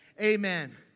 Amen